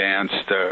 advanced